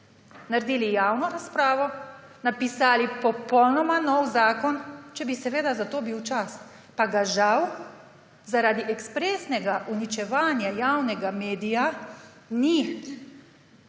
naredili javno razpravo, napisali popolnoma nov zakon, če bi za to bil čas, pa ga žal zaradi ekspresnega uničevanja javnega medija ni.